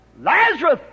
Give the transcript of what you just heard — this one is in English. Lazarus